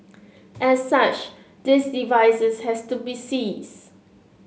as such these devices has to be seized